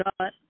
God